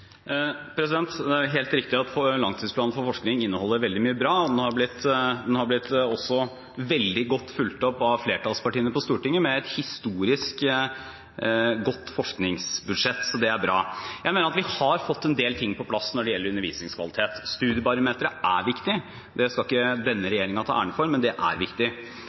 Det er helt riktig at langtidsplanen for forskning inneholder veldig mye bra. Den har også blitt veldig godt fulgt opp av flertallspartiene på Stortinget med et historisk godt forskningsbudsjett, så det er bra. Jeg mener at vi har fått en del ting på plass når det gjelder undervisningskvalitet. Studiebarometeret er viktig – det skal ikke denne regjeringen ta æren for, men det er viktig.